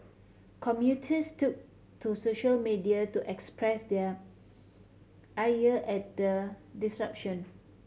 commuters took to social media to express their ire at the disruption